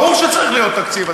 ברור שצריך להיות תקציב.